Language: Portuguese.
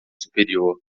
superior